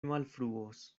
malfruos